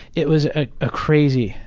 it was a ah crazy,